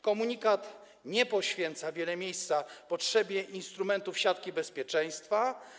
Komunikat nie poświęca wiele miejsca potrzebie utrzymania instrumentów siatki bezpieczeństwa.